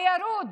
הירוד.